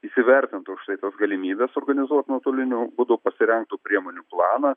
įsivertintų štai tas galimybes organizuot nuotoliniu būdu pasirengtų priemonių planą